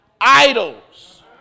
idols